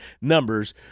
numbers